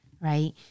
right